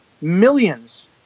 millions